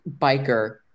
biker